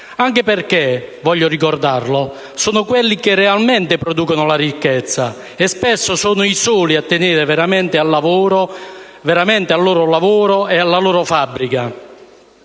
anche perché - voglio ricordarlo - sono quelli che realmente producono la ricchezza, e spesso sono i soli a tenere veramente al loro lavoro e alla loro fabbrica.